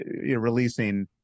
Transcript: releasing